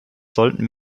sollten